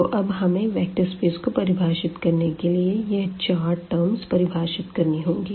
तो अब हमें वेक्टर स्पेस को परिभाषित करने के लिए यह चार टर्म्स परिभाषित करनी होंगी